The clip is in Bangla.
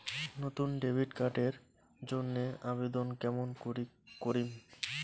নতুন ডেবিট কার্ড এর জন্যে আবেদন কেমন করি করিম?